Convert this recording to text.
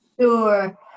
Sure